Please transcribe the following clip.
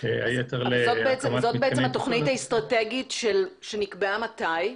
והיתר להקמת מתקני --- זאת התוכנית האסטרטגית שנקבעה מתי?